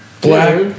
Black